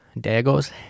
Dagos